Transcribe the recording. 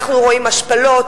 אנחנו רואים השפלות,